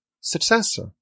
successor